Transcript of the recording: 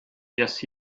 just